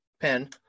pen